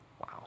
Wow